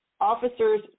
Officers